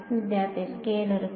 വിദ്യാർത്ഥി സ്കെയിലറുകൾ